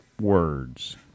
words